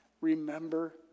remember